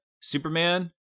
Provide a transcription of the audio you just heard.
Superman